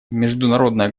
международное